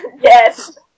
Yes